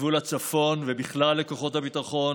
בגבול הצפון ובכלל לכוחות הביטחון.